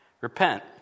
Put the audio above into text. Repent